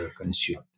consumed